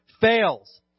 fails